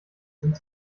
sind